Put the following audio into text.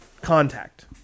contact